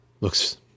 Looks